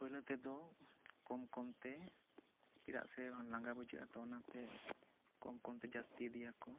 ᱯᱩᱭᱞᱩ ᱛᱮ ᱫᱚ ᱠᱚᱢ ᱠᱚᱢ ᱛᱮ ᱪᱮᱫᱟᱜ ᱥᱮ ᱞᱟᱝᱜᱟ ᱵᱩᱡᱷᱟᱹᱜᱼᱟ ᱛᱚ ᱠᱚᱢ ᱠᱚᱢ ᱛᱮ ᱡᱟᱹᱥᱛᱤ ᱤᱫᱤᱭᱟᱠᱚ